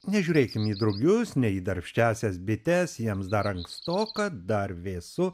nežiūrėkim į drugius ne į darbščiąsias bites jiems dar ankstoka dar vėsu